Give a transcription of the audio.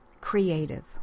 Creative